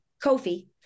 Kofi